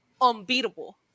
unbeatable